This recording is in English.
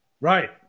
Right